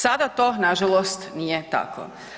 Sada to nažalost nije tako.